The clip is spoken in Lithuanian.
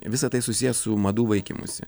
visa tai susiję su madų vaikymusi